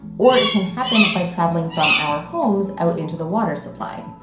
or it can happen by traveling from our homes out into the water supply.